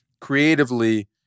creatively